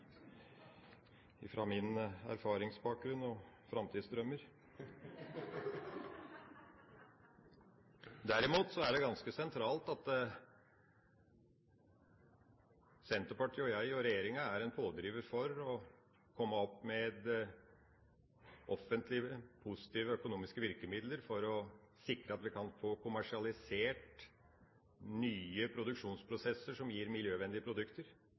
fra min erfaringsbakgrunn og mine framtidsdrømmer! Derimot er det ganske sentralt at Senterpartiet, jeg og regjeringa er en pådriver for å komme opp med offentlige, positive økonomiske virkemidler for å sikre at vi kan få kommersialisert nye produksjonsprosesser som gir miljøvennlige produkter.